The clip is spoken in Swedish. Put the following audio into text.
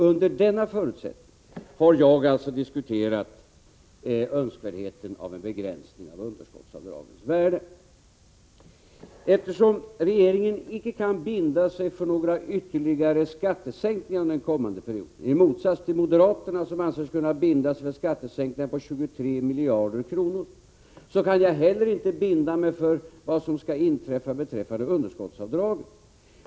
Under denna förutsättning har jag alltså diskuterat önskvärdheten av en begränsning av underskottsavdragens värde. Eftersom regeringen icke kan binda sig för några ytterligare skattesänkningar under den kommande mandatperioden — i motsats till moderaterna, som anser att de kan binda sig för skattesänkningar på 23 miljarder kronor — kan jag heller inte binda mig för vad som skall inträffa med underskottsavdragen.